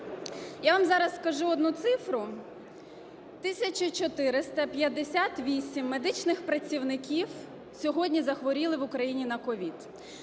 Я вам зараз скажу одну цифру: 1 тисяча 458 медичних працівників сьогодні захворіли в Україні на COVID.